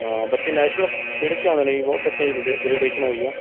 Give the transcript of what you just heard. ਹਾਂ ਬੱਚੇ ਨੈਸ਼ਨਲ ਖੇਡ ਕੇ ਆਉਂਦੇ ਨੇ ਜੀ ਬਹੁਤ ਬੱਚਿਆਂ ਦੀ ਗਡੇ ਗ੍ਰੇਡੇਸ਼ਨ ਹੋਈ ਆ